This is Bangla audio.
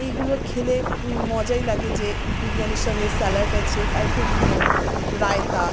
এইগুলো খেলে মজাই লাগে যে বিরিয়ানির সঙ্গে স্যালাড আছে বা একটু রায়তা